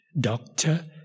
doctor